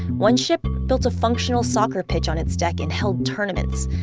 one ship built a functional soccer pitch on its deck and held tournaments.